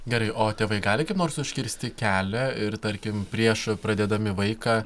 gerai o tėvai gali kaip nors užkirsti kelią ir tarkim prieš pradėdami vaiką